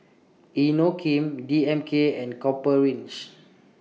Inokim D M K and Copper Ridge